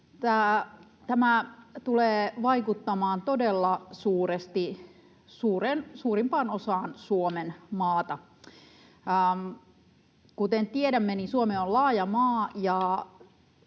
Tämä tulee vaikuttamaan todella suuresti suurimpaan osaan Suomenmaata. Kuten tiedämme, niin Suomi on laaja maa